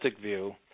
view